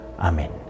Amen